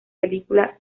película